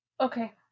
Okay